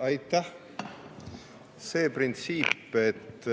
Aitäh! See printsiip, et